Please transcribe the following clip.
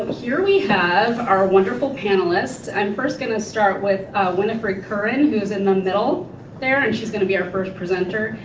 here we have our wonderful panelists. i'm first gonna start with winifred curran who's in the middle there and she's gonna be our first presenter.